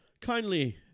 kindly